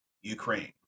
Ukraine